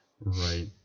Right